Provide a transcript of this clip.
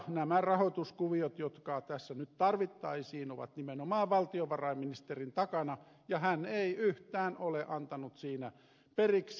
nämä rahoituskuviot joita tässä nyt tarvittaisiin ovat nimenomaan valtiovarainministerin takana ja hän ei yhtään ole antanut siinä periksi